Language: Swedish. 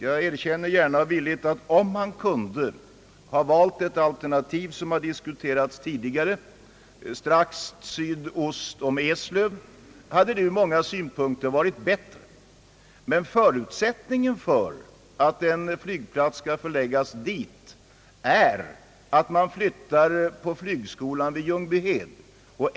Jag erkänner gärna och villigt att om man kunnat välja ett alternativ som tidigare diskuterats, nämligen att förlägga flygplatsen strax sydost om Eslöv, hade det ur många synpunkter varit bättre. Förutsättningen för att en flygplats skall förläggas dit är emellertid att man flyt tar bort flygskolan från Ljungbyhed.